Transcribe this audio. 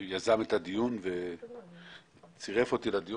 כץ שיזם את הדיון וצירף אותי אליו.